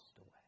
away